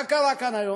מה קרה כאן היום,